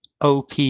OP